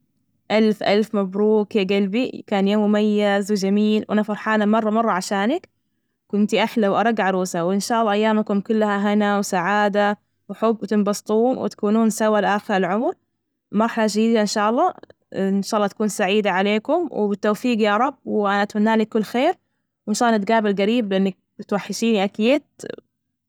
ألف ألف مبروك يا جلبي. كان يوم مميز وجميل، وأنا فرحانة مرة مرة عشانك، كنتى أحلى وأرج عروسة، وإن شاء الله أيامكم كلها هنا وسعادة وحب وتنبسطو وتكونون سوا لآخر العمر، مرحلة جديدة إن شاء الله، إن شاء الله تكون سعيدة عليكم. وبالتوفيق يا رب، وأنا أتمنالك كل خير، وإن شاء الله نتجابل جريب لإنك تتوحشينى أكيد.